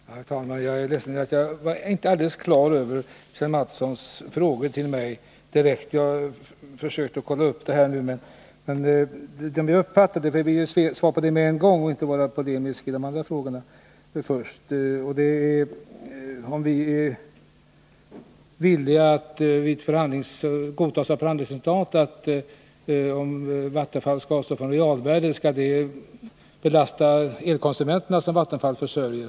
Herr talman! Jag är ledsen att jag inte är alldeles klar över Kjell Mattssons frågor till mig. Men jag har försökt kolla upp det hela, så att jag skall kunna ge svar på en gång. Det gällde först om vi är villiga att godta som förhandlingsresultat att om Vattenfall skall avstå från realvärden, så skall det belasta de elkonsumenter som Vattenfall försörjer.